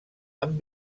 amb